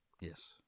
Yes